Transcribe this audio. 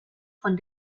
von